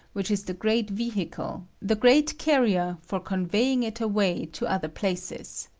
which is the great vehicle, the great carrier for conveying it away to other places.